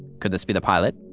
could this be the pilot?